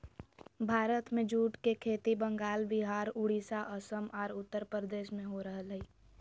भारत में जूट के खेती बंगाल, विहार, उड़ीसा, असम आर उत्तरप्रदेश में हो रहल हई